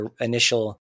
initial